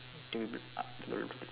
to be